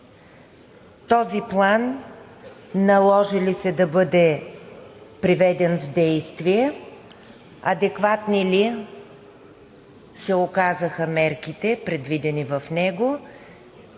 Този план наложи ли се да бъде приведен в действие, адекватни ли се оказаха мерките, предвидени в него,